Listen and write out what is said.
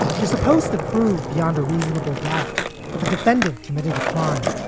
you're supposed to prove beyond a reasonable doubt that the defendant committed a crime.